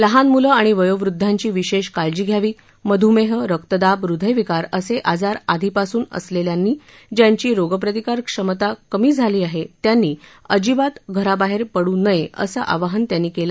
लहान मुलं आणि वयोवदधांची विशेष काळजी घ्यावी मध्मेह रक्तदाब हृदयविकार असे आजार आधीपासून असल्यानं ज्यांची रोगप्रतिकार क्षमता कमी झाली आहे त्यांनी अजिबात बाहेर पडू नये असं आवाहन त्यांनी केलं